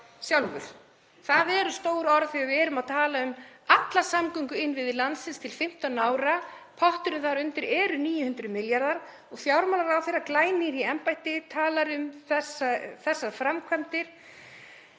sjálfur. Það eru stór orð þegar við erum að tala um alla samgönguinnviði landsins til 15 ára. Potturinn þar undir er 900 milljarðar og fjármálaráðherra, glænýr í embætti, talar um þessar framkvæmdir